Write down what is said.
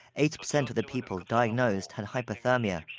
eighty percent of the people diagnosed had hypothermia.